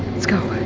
let's go.